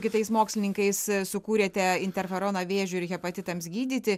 kitais mokslininkais sukūrėte interferoną vėžiui ir hepatitams gydyti